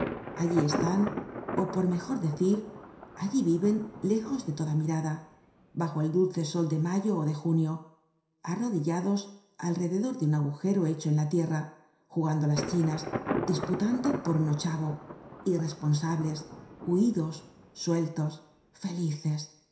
allí están ó por mejor decir allí viven lejos de toda mirada bajo el dulce'sol de mayo ó de junio arrodillados alrededor de un agujero hecho en la tierra jugando á las chinas disputando por un ochavo irresponsables huidos sueltos felices